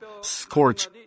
scorch